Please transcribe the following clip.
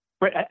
Right